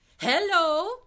Hello